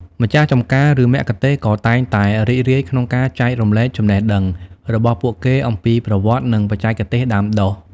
ម្ចាស់ចម្ការ ឬមគ្គទេសក៍តែងតែរីករាយក្នុងការចែករំលែកចំណេះដឹងរបស់ពួកគេអំពីប្រវត្តិ និងបច្ចេកទេសដាំដុះ ។